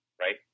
right